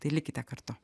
tai likite kartu